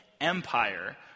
Empire